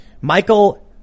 Michael